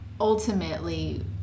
ultimately